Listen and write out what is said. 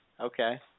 Okay